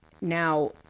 Now